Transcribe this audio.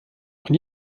und